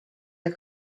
are